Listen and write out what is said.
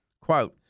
quote